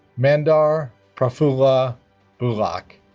mandar prafulla bulakh